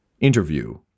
Interview